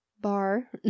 bar